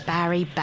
Barry